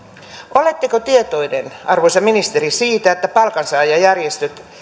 oletteko tietoinen arvoisa ministeri siitä että palkansaajajärjestöt